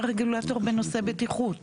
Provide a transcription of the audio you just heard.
מה רמת הגימור שהשטח יחזור אליה.